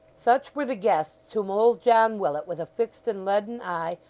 such were the guests whom old john willet, with a fixed and leaden eye,